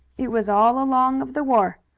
it was all along of the war.